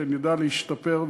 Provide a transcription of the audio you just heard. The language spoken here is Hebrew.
שנדע להשתפר,